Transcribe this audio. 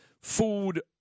food